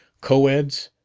co-eds,